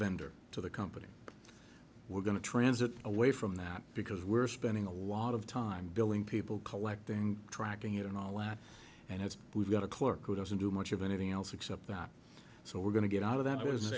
vendor to the company we're going to transit away from that because we're spending a lot of time billing people collecting tracking it all out and it's we've got a clerk who doesn't do much of anything else except that so we're going to get out of that